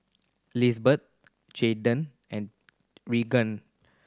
Lisbeth Jaydan and Regenia